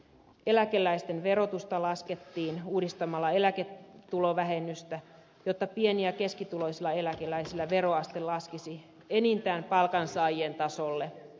eläkeläisten verotusta laskettiin uudistamalla eläketulovähennystä jotta pieni ja keskituloisilla eläkeläisillä veroaste laskisi enintään palkansaajien tasolle